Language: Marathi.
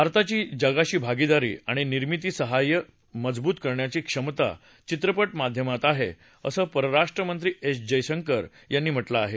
भारताची जगाशी भागिदारी आणि निर्मिती सहकार्य मजवूत करण्याची क्षमता चित्रपा माध्यमात आहे असं परराष्ट्र मंत्री एस जयशंकर यांनी म्हाऊं आहे